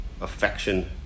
affection